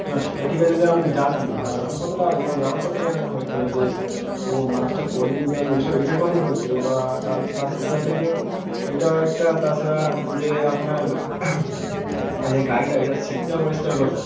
না সেটা ঠিক আছে যে আপনি জানেন না জানানোর কথাটা আলাদা যে না জানানোর কথাটা এখানে হচ্ছে না যে ও মাক্সটা পড়ে নি কেন এসব এটার কথাই হচ্ছে বা তার এটা থেকেও এটা একটা তাছাড়া যে আপনার যে গাড়িটায় এটার সিটটা পরিষ্কার কোথায়